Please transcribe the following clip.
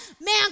man